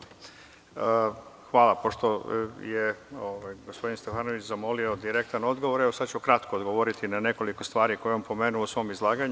Pošto je gospodin Stefanović zamolio direktan odgovor, sada ću kratko odgovoriti na nekoliko stvari koje je pomenuo u svom izlaganju.